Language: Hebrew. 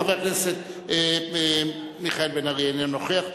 חבר הכנסת מיכאל בן-ארי, איננו נוכח.